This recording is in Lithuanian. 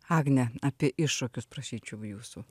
agne apie iššūkius prašyčiau jūsų